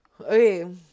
Okay